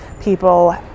people